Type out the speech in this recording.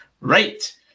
right